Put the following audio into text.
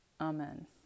Amen